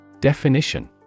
Definition